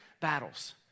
battles